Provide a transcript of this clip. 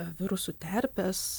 virusų terpės